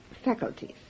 faculties